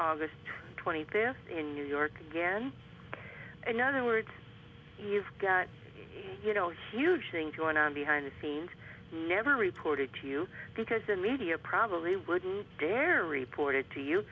august twenty fifth in new york again in other words you've got a you know huge thing join on behind the scenes never reported to you because the media probably wouldn't dare reported to you